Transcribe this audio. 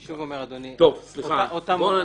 אני שוב אומר, אדוני -- נעבור לאחרים.